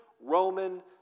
Roman